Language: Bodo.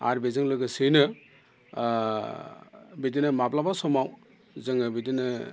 आरो बेजों लोगोसेयैनो बिदिनो माब्लाबा समाव जोङो बिदिनो